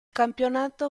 campionato